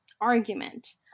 argument